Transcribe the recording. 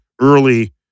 early